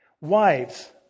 wives